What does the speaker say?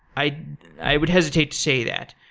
i i would hesitate to say that.